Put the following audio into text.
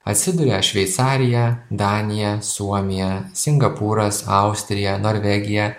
atsiduria šveicarija danija suomija singapūras austrija norvegija